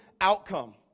outcome